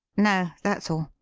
no, that's all.